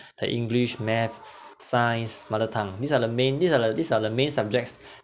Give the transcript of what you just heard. the english maths science mother tongue these are the main these are these are the main subjects